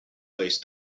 place